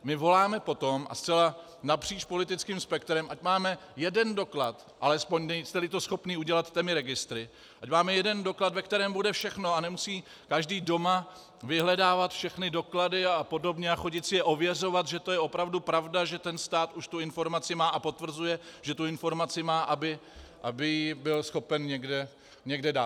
My voláme po tom, a zcela napříč politickým spektrem, ať máme jeden doklad, alespoň, nejsteli to schopni udělat těmi registry, ať máme jeden doklad, ve kterém bude všechno, a nemusí každý doma vyhledávat všechny doklady a podobně a chodit si je ověřovat, že to je opravdu pravda, že ten stát už tu informaci má a potvrzuje, že tu informaci má, aby ji byl schopen někde dát.